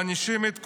מענישים את כולנו.